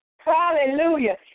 Hallelujah